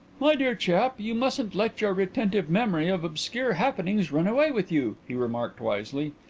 my dear chap, you mustn't let your retentive memory of obscure happenings run away with you, he remarked wisely.